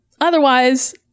otherwise